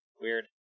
weird